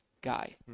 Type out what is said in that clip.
guy